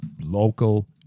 local